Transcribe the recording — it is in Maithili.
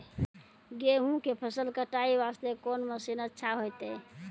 गेहूँ के फसल कटाई वास्ते कोंन मसीन अच्छा होइतै?